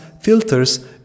filters